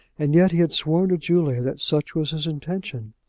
and yet he had sworn to julia that such was his intention.